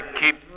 keep